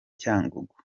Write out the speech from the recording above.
cyangugu